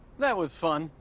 that was fun.